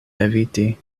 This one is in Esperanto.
eviti